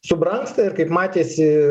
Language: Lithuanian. subrangsta ir kaip matėsi